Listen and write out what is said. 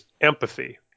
empathy